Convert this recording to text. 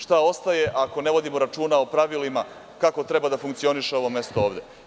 Šta ostaje ako ne vodimo računa o pravilima kako treba da funkcioniše ovo mesto ovde?